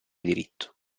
diritto